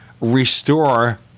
restore